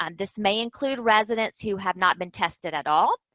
um this may include residents who have not been tested at all,